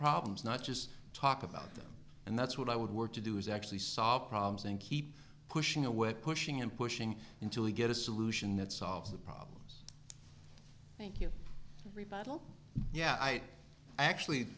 problems not just talk about them and that's what i would work to do is actually solve problems and keep pushing a weapon and pushing until we get a solution that solves the problems thank you rebuttal yeah i actually